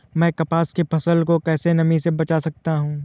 मैं कपास की फसल को कैसे नमी से बचा सकता हूँ?